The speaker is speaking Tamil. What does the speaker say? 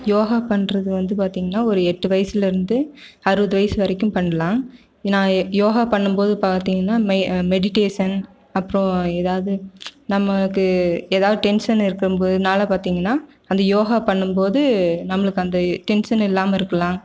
யோகா பண்ணுறது வந்து பார்த்தீங்கன்னா ஒரு எட்டு வயசில் இருந்து அறுபது வயது வரைக்கும் பண்ணலாம் நான் யோகா பண்ணும் போது பார்த்தீங்கன்னா மெடிட்டேசன் அப்புறம் ஏதாவது நம்மளுக்கு ஏதாவது டென்ஷன் இருக்கும் அதனால வந்து பார்த்தீங்கன்னா அந்த யோகா பண்ணும்போது நம்மளுக்கு அந்த டென்சன் இல்லாமல் இருக்கலாம்